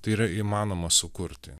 tai yra įmanoma sukurti